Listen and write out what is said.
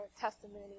testimony